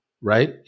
right